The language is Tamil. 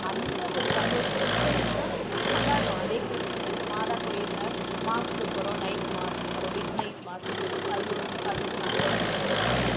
அந்த ஒரு சந்தோஷம் இப்போ எப்படின்னா இப்பயும் கொண்டாடுகிறோம் அதே கிறிஸ்மஸை இப்போ மாதா கோவில்ல மாஸ்க்கு போகிறோம் நைட் மாஸ்க்கு போகிறோம் மிட் நைட் மாஸுன்னு சொல்லிவிட்டு பதினோரு பதினொன்று ஐம்பதுக்கு தொடங்குவாங்க